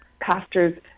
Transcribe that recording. pastors